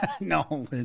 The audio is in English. No